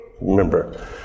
Remember